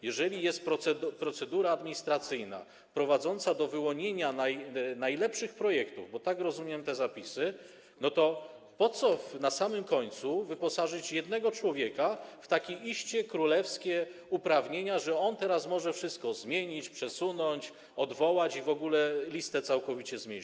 Jeżeli jest procedura administracyjna prowadząca do wyłonienia najlepszych projektów, bo tak rozumiem te zapisy, to po co na samym końcu wyposażać jednego człowieka w takie iście królewskie uprawnienia, że on teraz może wszystko zmienić, przesunąć, odwołać i w ogóle listę całkowicie zmienić?